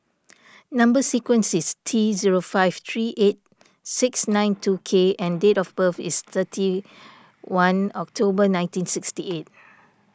Number Sequence is T zero five three eight six nine two K and date of birth is thirty one October nineteen sixty eight